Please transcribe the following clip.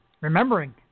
remembering